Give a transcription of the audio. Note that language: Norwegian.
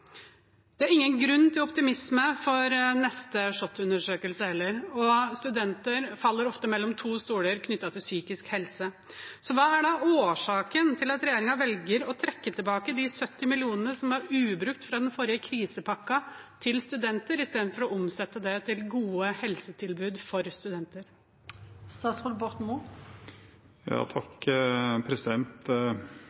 Det er ingen grunn til optimisme for neste SHoT-undersøkelse heller. Studenter faller ofte mellom to stoler knyttet til psykisk helse. Hva er da årsaken til at regjeringen velger å trekke tilbake de 70 mill. kr som er ubrukt fra den forrige krisepakken til studenter, i stedet for å omsette det til gode helsetilbud for studenter? Grunnen til at de blir trukket tilbake, er statens og